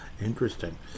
Interesting